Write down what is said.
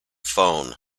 phone